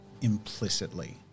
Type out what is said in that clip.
implicitly